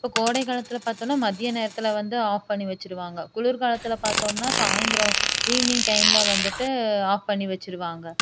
இப்போ கோடை காலத்தில் பார்த்தோம்னா மதிய நேரத்தில் வந்து ஆஃப் பண்ணி வைச்சிடுவாங்க குளிர்காலத்தில் பார்த்தோம்னா சாயந்திரம் ஈவினிங் டைமில் வந்துட்டு ஆஃப் பண்ணி வைச்சிருவாங்க